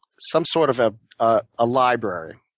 some sort of a ah ah library,